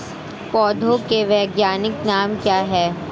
पौधों के वैज्ञानिक नाम क्या हैं?